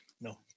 No